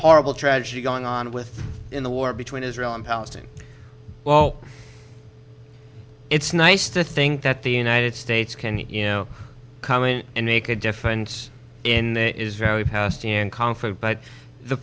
horrible tragedy going on with in the war between israel and palestine well it's nice to think that the united states can you know come in and make a difference in the is very fast and confident but the